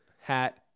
hat